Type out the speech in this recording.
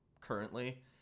currently